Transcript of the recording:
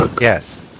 Yes